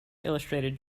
illustrated